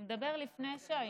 הוא מדבר לפני שהיינו,